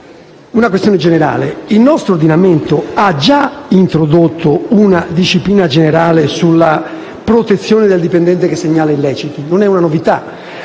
una questione generale: il nostro ordinamento ha già introdotto una disciplina generale sulla protezione del dipendente che segnala illeciti. Non è una novità: